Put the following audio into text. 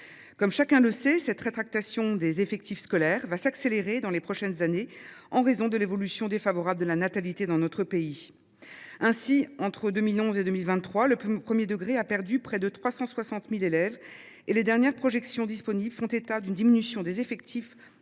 Comme chacun le sait, cette rétractation des effectifs scolaires est appelée à s’accélérer dans les prochaines années, en raison de l’évolution défavorable de la natalité dans notre pays. Ainsi, entre 2011 et 2023, le premier degré a perdu près de 360 000 élèves et les dernières projections disponibles prévoient une diminution des effectifs de